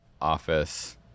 office